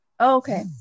okay